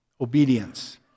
obedience